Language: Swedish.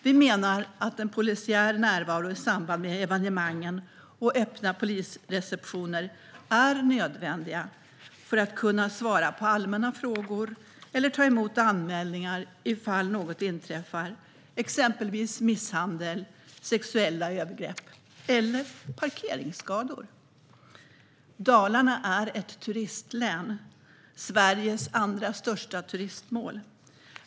Vi menar att en polisiär närvaro i samband med evenemangen och öppna polisreceptioner är nödvändigt för att kunna svara på allmänna frågor eller ta emot anmälningar ifall något inträffar, exempelvis misshandel, sexuella övergrepp eller parkeringsskador. Dalarna är ett turistlän och Sveriges andra största turistmål.